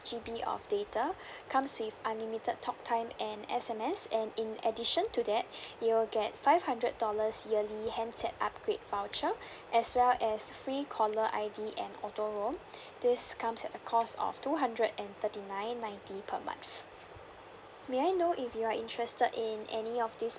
G_B of data comes with unlimited talktime and S_M_S and in addition to that you will get five hundred dollars yearly handset upgrade voucher as well as free caller I_D and auto roam this comes at the cost of two hundred and thirty nine ninety per month may I know if you are interested in any of this